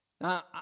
now